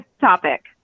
topic